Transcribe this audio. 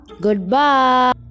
Goodbye